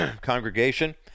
congregation